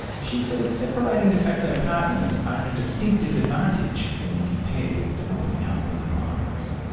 she says separating de facto partners are at a distinct disadvantages when compared with divorcing husbands and wives.